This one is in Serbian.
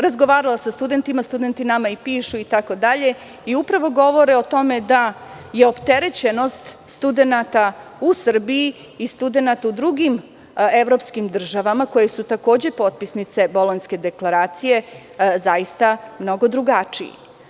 Razgovarala sam sa studentima, studenti nama i pišu itd, i upravo govore o tome da je opterećenost studenata u Srbiji i studenata u drugim evropskim državama koje su takođe potpisnice Bolonjske deklaracije, zaista mnogo drugačiji.